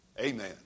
Amen